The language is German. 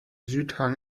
südhang